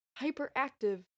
hyperactive